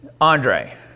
Andre